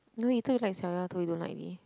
no you told like Xiao Ya Tou you don't like leh